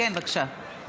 בבקשה.